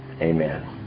Amen